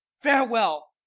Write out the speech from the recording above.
farewell.